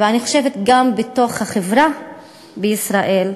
וחוזרי המנכ"ל,